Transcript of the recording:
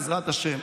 בעזרת השם,